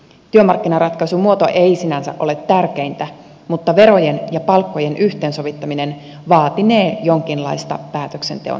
työmarkkinaratkaisun muoto ei sinänsä ole tärkeintä mutta verojen ja palkkojen yhteensovittaminen vaatinee jonkinlaista päätöksenteon keskittämistä